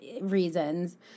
reasons